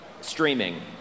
streaming